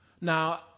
Now